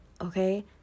okay